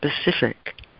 specific